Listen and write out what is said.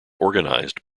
organized